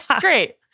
Great